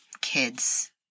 kids